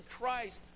Christ